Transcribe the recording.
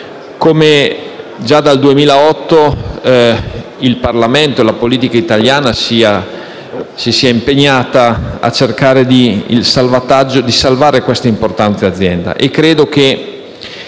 come già dal 2008 il Parlamento e la politica italiana si siano impegnati per cercare di salvare questa importante azienda.